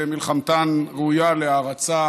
ומלחמתן ראויה להערצה